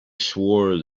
swore